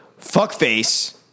fuckface